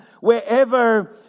wherever